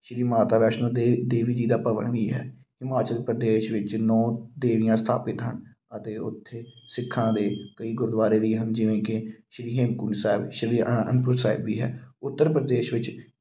ਸ੍ਰੀ ਮਾਤਾ ਵੈਸ਼ਨੋ ਦੇ ਦੇਵੀ ਜੀ ਦਾ ਭਵਨ ਵੀ ਹੈ ਹਿਮਾਚਲ ਪ੍ਰਦੇਸ਼ ਵਿੱਚ ਨੌ ਦੇਵੀਆਂ ਸਥਾਪਿਤ ਹਨ ਅਤੇ ਉੱਥੇ ਸਿੱਖਾਂ ਦੇ ਕਈ ਗੁਰਦੁਆਰੇ ਵੀ ਹਨ ਜਿਵੇਂ ਕਿ ਸ਼੍ਰੀ ਹੇਮਕੁੰਟ ਸਾਹਿਬ ਸ਼੍ਰੀ ਅ ਅਨੰਦਪੁਰ ਸਾਹਿਬ ਵੀ ਹੈ ਉੱਤਰ ਪ੍ਰਦੇਸ਼ ਵਿੱਚ